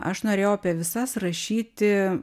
aš norėjau apie visas rašyti